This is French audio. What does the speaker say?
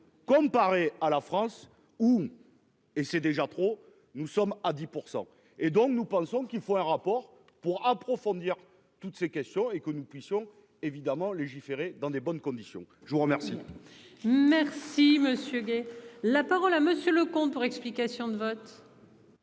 comparé à la France ou et c'est déjà trop. Nous sommes à 10% et donc nous pensons qu'il faut un rapport pour approfondir, toutes ces questions et que nous puissions évidemment légiférer dans des bonnes conditions. Je vous remercie. Merci monsieur Gay la parole à monsieur le comte pour explication de vote.